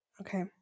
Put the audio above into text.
Okay